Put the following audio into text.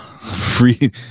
Free